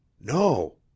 No